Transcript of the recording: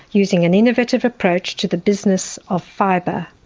using an innovative approach to the business of fibre.